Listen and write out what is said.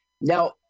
Now